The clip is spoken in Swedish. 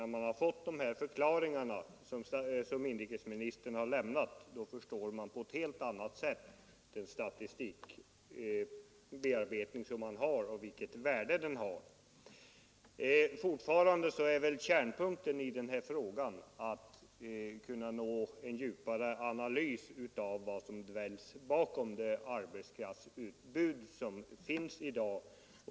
När man har fått de förklaringar som inrikesministern har lämnat, förstår man på ett helt annat sätt den statistikbearbetning som görs och vilket värde den har. Fortfarande är väl kärnpunkten i den här frågan att kunna nå fram till en djupare analys av vad som dväljs bakom det arbetskraftsutbud som finns i dag.